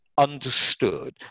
Understood